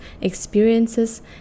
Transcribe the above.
experiences